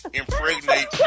impregnate